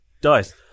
dice